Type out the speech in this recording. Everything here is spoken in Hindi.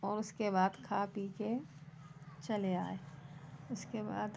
और उसके बाद खा पीकर चले आए उसके बाद